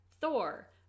Thor